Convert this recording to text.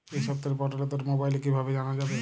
এই সপ্তাহের পটলের দর মোবাইলে কিভাবে জানা যায়?